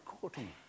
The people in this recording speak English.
courting